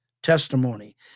Testimony